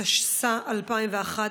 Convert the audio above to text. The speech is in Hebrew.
התשס"א 2001,